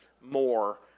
more